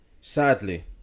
Sadly